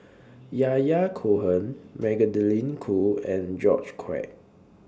Yahya Cohen Magdalene Khoo and George Quek